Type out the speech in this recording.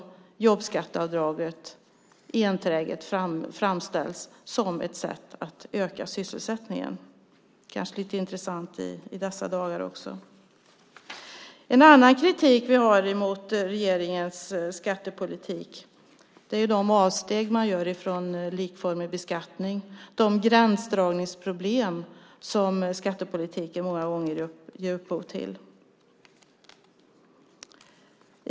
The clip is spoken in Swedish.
Jobbskatteavdraget framställs ju enträget som ett sätt att öka sysselsättningen. Det kanske är lite intressant i dessa dagar. En annan kritik vi har mot regeringens skattepolitik är de avsteg man gör från likformig beskattning, de gränsdragningsproblem som skattepolitiken många gånger ger upphov till.